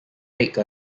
make